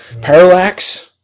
Parallax